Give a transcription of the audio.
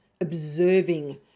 observing